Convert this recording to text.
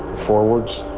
forwards,